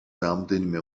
რამდენიმე